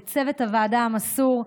לצוות הוועדה המסור,